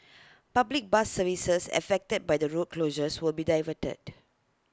public bus services affected by the road closures will be diverted